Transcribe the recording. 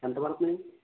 ఎంత పడుతున్నాయి